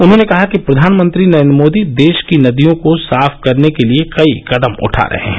उन्होंने कहा कि प्रधानमंत्री नरेन्द्र मोदी देश की नदियों को साफ करने के लिए कई कदम उठा रहे हैं